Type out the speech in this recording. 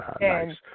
Nice